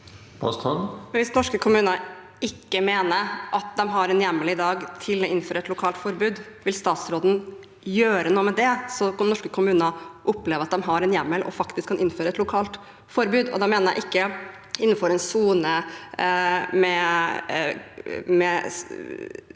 Hvis norske kom- muner mener at de ikke har en hjemmel i dag til å innføre et lokalt forbud, vil statsråden gjøre noe med det, slik at norske kommuner opplever at de har en hjemmel og faktisk kan innføre et lokalt forbud? Da mener jeg ikke innenfor en sone med